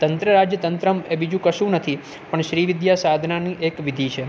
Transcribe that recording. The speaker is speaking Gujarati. તંત્ર રાજ તંત્રમ એ બીજું કશું નથી પણ શ્રી વિદ્યા સાધનાની એક વિધિ છે